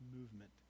movement